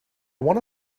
want